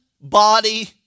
body